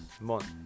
month